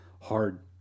hard